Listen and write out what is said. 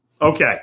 Okay